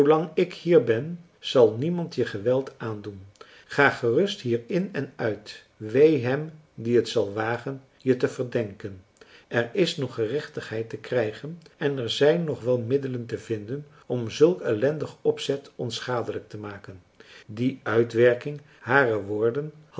ik hier ben zal niemand je geweld aandoen ga gerust hier in en uit wee hem die t zal wagen je te verdenken er is nog gerechtigheid te krijgen en er zijn nog wel middelen te vinden om zulk ellendig opzet onschadelijk te maken die uitwerking harer woorden